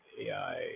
AI